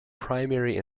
primary